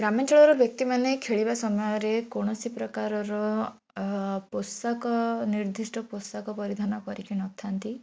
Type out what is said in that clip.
ଗ୍ରାମାଞ୍ଚଳର ବ୍ୟକ୍ତିମାନେ ଖେଳିବା ସମୟରେ କୌଣସି ପ୍ରକାରର ପୋଷାକ ନିର୍ଦ୍ଧିଷ୍ଟ ପୋଷାକ ପରିଧାନ କରିକି ନଥାନ୍ତି